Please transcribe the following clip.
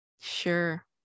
Sure